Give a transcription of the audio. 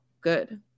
good